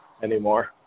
anymore